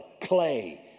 clay